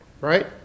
right